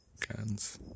Can's